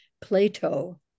Plato